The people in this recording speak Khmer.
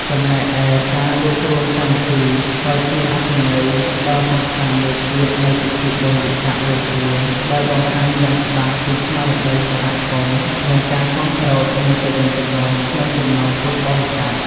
ចំណែកឯការរួបរួមសាមគ្គី ក៏ជាអត្ថន័យដ៏សំខាន់មួយទៀតនៃពិធីបុណ្យវិសាខបូជា ដែលបង្ហាញយ៉ាងច្បាស់ពីស្មារតីសហគមន៍ និងការគាំទ្រគ្នាទៅវិញទៅមកក្នុងចំណោមពុទ្ធបរិស័ទ។